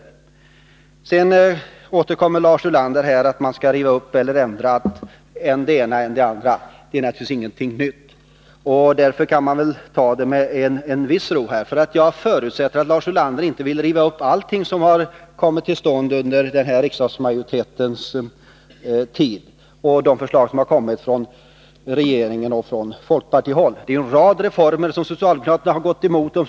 Lars Ulander återkommer till att man skall riva upp eller ändra än det ena, än det andra. Det är naturligtvis ingenting nytt, och därför kan man ta det med viss ro. Jag förutsätter att Lars Ulander inte vill riva upp allt som har kommit till stånd under den här riksdagsmajoritetens tid, alla de förslag som har kommit från regeringen och från folkpartihåll. Det är en rad reformer som socialdemokraterna har gått emot.